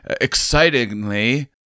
excitingly